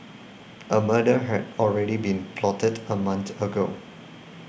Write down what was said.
a murder had already been plotted a month ago